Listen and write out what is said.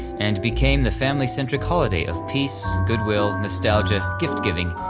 and became the family-centric holiday of peace, goodwill, nostalgia, gift-giving,